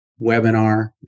webinar